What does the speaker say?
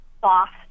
soft